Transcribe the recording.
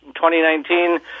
2019